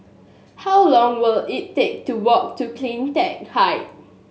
how long will it take to walk to Cleantech Height